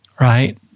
right